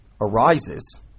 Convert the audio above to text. arises